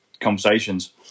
conversations